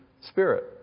Spirit